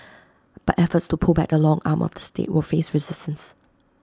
but efforts to pull back the long arm of the state will face resistance